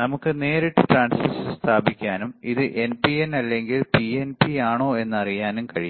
നമുക്ക് നേരിട്ട് ട്രാൻസിസ്റ്റർ സ്ഥാപിക്കാനും ഇത് NPN അല്ലെങ്കിൽ പിഎൻപിയാണോ എന്ന് അറിയാനും കഴിയും